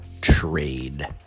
trade